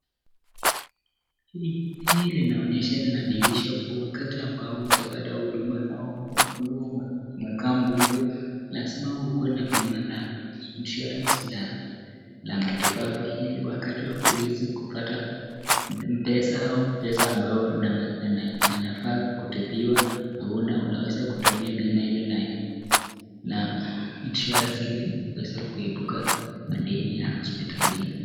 Hii linaonyesha linadirisha kuwa wakati ambao ujapata huduma au ukiwa unakaa mgonjwa lazima uwe na bima la insurance la matibabu ili wakati usiweze kupata pesa au pesa ambayo anafaa kutibiwa hauna unaweza kutumia bima hilo la insurance ile kuweza kuepuka madeni ya hospitalini.